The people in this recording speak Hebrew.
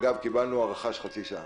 אגב, קיבלנו הארכה של חצי שעה